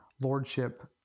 Lordship